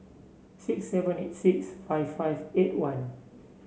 six seven eight six five five eight one